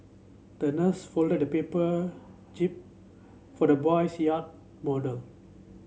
the nurse folded a paper jib for the boy's yacht model